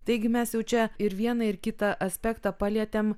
taigi mes jau čia ir vieną ir kitą aspektą palietėm